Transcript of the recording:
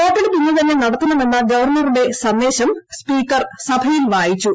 വോട്ടെടുപ്പ് ഇന്നുതന്നെ നടത്തണമെന്ന ഗവർണറുടെ സന്ദേശം സ്പീക്കർ സഭയിൽ വായിച്ചു